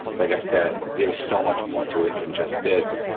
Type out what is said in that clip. like i said, there is so much more to it than just this,